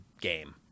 game